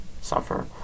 suffer